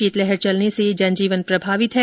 शीतलहर चलने से जन जीवन प्रभावित है